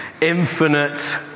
infinite